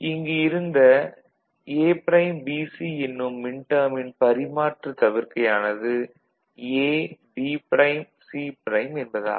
இங்கு இந்த A'BC எனும் மின்டேர்மின் பரிமாற்றுத் தவிர்க்கை ஆனது AB'C' என்பதாகும்